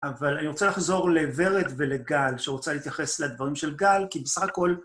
אבל אני רוצה לחזור לברת ולגל, שרוצה להתייחס לדברים של גל, כי בסך הכל...